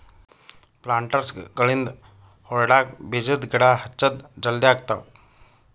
ಪ್ಲಾಂಟರ್ಸ್ಗ ಗಳಿಂದ್ ಹೊಲ್ಡಾಗ್ ಬೀಜದ ಗಿಡ ಹಚ್ಚದ್ ಜಲದಿ ಆಗ್ತಾವ್